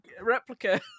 replica